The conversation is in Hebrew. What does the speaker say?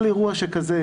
כל אירוע שכזה,